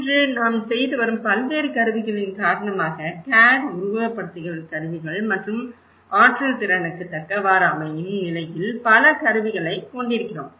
இன்று நாம் செய்து வரும் பல்வேறு கருவிகளின் காரணமாக CAD உருவகப்படுத்தும் கருவிகள் மற்றும் ஆற்றல் திறனுக்கு தக்கவாறு அமையும் நிலையில் பல கருவிகளைக் கொண்டிருக்கிறோம்